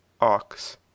ox